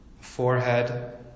forehead